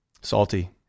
Salty